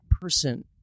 person